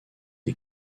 des